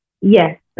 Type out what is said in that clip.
Yes